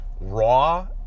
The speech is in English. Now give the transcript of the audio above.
raw